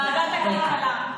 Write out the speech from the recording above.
ועדת הכלכלה.